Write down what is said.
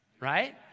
right